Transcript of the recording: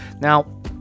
now